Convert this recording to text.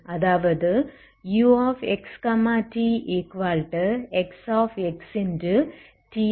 அதாவது uxtXTt≠0